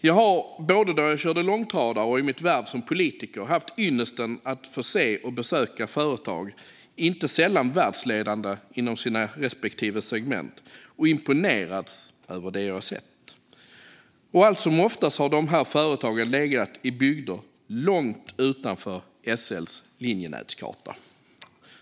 Jag har både då jag körde långtradare och i mitt värv som politiker haft ynnesten att få se och besöka företag, inte sällan världsledande inom sina respektive segment, och imponerats av det jag sett. Och allt som oftast har dessa företag legat i bygder långt utanför SL:s linjenätskarta.